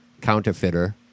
counterfeiter